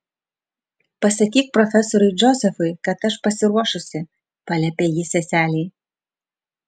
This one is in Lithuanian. pasakyk profesoriui džozefui kad aš pasiruošusi paliepė ji seselei